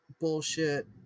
bullshit